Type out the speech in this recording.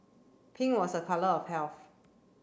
pink was a colour of health